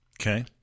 Okay